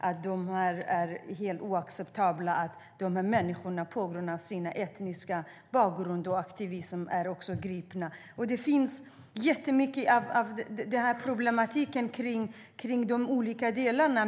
Det är helt oacceptabelt att de här människorna grips på grund av sin etniska bakgrund och sin aktivism. Det finns jättemycket problematik i de olika delarna.